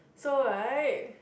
so right